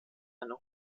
eine